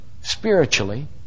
spiritually